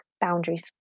Boundaries